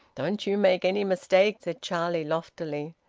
don't you make any mistake, said charlie loftily.